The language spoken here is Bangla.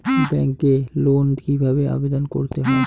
ব্যাংকে লোন কিভাবে আবেদন করতে হয়?